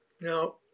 Now